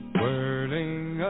whirling